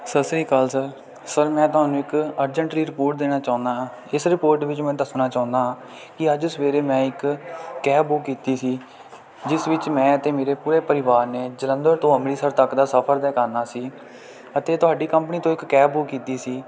ਸਤਿ ਸ਼੍ਰੀ ਅਕਾਲ ਸਰ ਸਰ ਮੈਂ ਤੁਹਾਨੂੰ ਇੱਕ ਅਰਜੈਂਟਲੀ ਰਿਪੋਰਟ ਦੇਣਾ ਚਾਹੁੰਦਾ ਹਾਂ ਇਸ ਰਿਪੋਰਟ ਵਿੱਚ ਮੈਂ ਦੱਸਣਾ ਚਾਹੁੰਦਾ ਹਾਂ ਕਿ ਅੱਜ ਸਵੇਰੇ ਮੈਂ ਇੱਕ ਕੈਬ ਬੁੱਕ ਕੀਤੀ ਸੀ ਜਿਸ ਵਿੱਚ ਮੈਂ ਅਤੇ ਮੇਰੇ ਪੂਰੇ ਪਰਿਵਾਰ ਨੇ ਜਲੰਧਰ ਤੋਂ ਅੰਮ੍ਰਿਤਸਰ ਤੱਕ ਦਾ ਸਫ਼ਰ ਤੈਅ ਕਰਨਾ ਸੀ ਅਤੇ ਤੁਹਾਡੀ ਕੰਪਨੀ ਤੋਂ ਇੱਕ ਕੈਬ ਬੁੱਕ ਕੀਤੀ ਸੀ